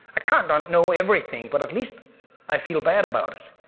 i can't not know everything, but at least i feel bad about it,